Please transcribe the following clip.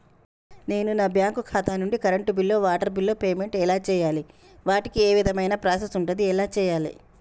నేను నా బ్యాంకు ఖాతా నుంచి కరెంట్ బిల్లో వాటర్ బిల్లో పేమెంట్ ఎలా చేయాలి? వాటికి ఏ విధమైన ప్రాసెస్ ఉంటది? ఎలా చేయాలే?